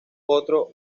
otro